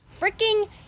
freaking